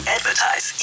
advertise